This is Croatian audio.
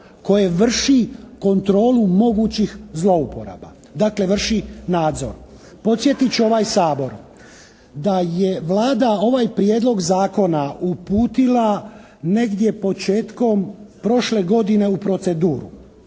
koje vrši kontrolu mogućih zlouporaba. Dakle, vrši nadzor. Podsjetit ću ovaj Sabor da je Vlada ovaj prijedlog zakona uputila negdje početkom prošle godine u proceduru,